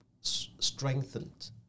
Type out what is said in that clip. strengthened